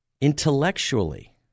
intellectually